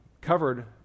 covered